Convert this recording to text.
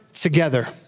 Together